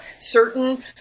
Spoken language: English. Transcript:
certain